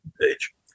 page